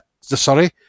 sorry